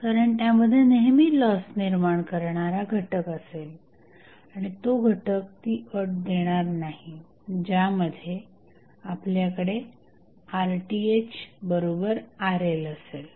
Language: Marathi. कारण त्यामध्ये नेहमी लॉस निर्माण करणारा एक घटक असेल आणि तो घटक ती अट देणार नाही ज्यामध्ये आपल्याकडे RThRLअसेल